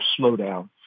slowdown